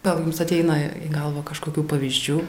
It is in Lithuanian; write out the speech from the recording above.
gal jums ateina į galvą kažkokių pavyzdžių